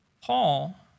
Paul